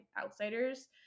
outsiders